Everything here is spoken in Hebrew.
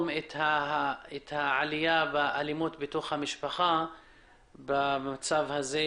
את העלייה באלימות בתוך המשפחה במצב הזה.